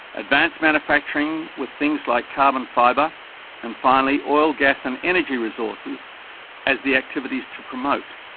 advanced manufacturing with things like carbon fibre and finally oil, gas and energy resources as the activities to promote.